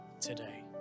today